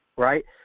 Right